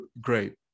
great